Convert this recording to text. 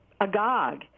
agog